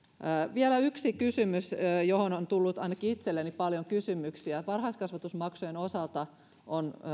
vielä yksi kysymys johon on tullut ainakin itselleni paljon kysymyksiä varhaiskasvatusmaksujen osalta on